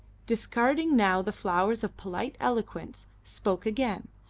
discarding now the flowers of polite eloquence, spoke again,